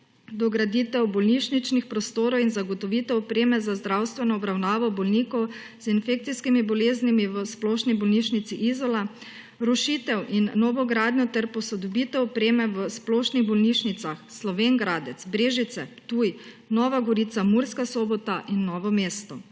dograditev bolnišničnih prostorov in zagotovitev opreme za zdravstveno obravnavo bolnikov z infekcijskimi boleznimi v Splošni bolnišnici Izola, rušitev in novo gradnjo ter posodobitev opreme v splošnih bolnišnicah Slovenj Gradec, Brežice, Ptuj, Nova Gorica, Murska Sobota in Novo mesto.